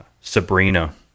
Sabrina